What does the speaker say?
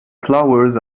flowers